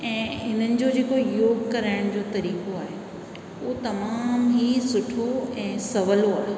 ऐं हिननि जो जेको योग कराइण जो तरीक़ो आहे उहो तमामु ई सुठो ऐं सहुलो आहे